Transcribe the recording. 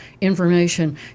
information